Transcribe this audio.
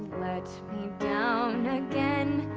let me down again.